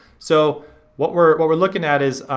so what we're what we're looking at is,